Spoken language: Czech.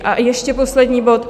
A ještě poslední bod.